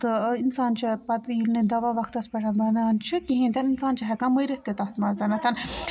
تہٕ اِنسان چھُ پَتہٕ ییٚلہِ نہٕ دَوا وَقتَس پٮ۪ٹھ بَنان چھِ کِہیٖنۍ تہِ نہٕ اِنسان چھُ ہٮ۪کان مٔرِتھ تہِ تَتھ منٛزَنَتھ